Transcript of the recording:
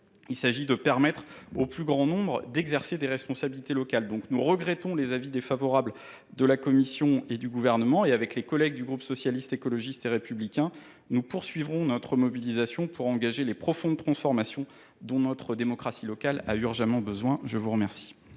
il s’agit de permettre au plus grand nombre d’assumer des responsabilités locales. Aussi regrettons nous les avis défavorables émis par la commission et par le Gouvernement ; avec mes collègues du groupe Socialiste, Écologiste et Républicain, nous poursuivrons notre mobilisation pour que s’engagent les profondes transformations dont notre démocratie locale a urgemment besoin. Je mets aux voix